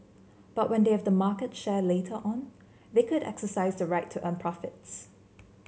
but when they have the market share later on they could exercise the right to earn profits